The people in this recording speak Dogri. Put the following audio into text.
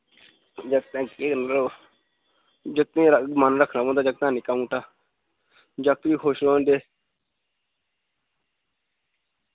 जाकतैं जाकतें दा मन रक्खना पौंदा जाकतें दा निक्का मोटा जाकत बी खुश रौंह्दे